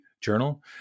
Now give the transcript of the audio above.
journal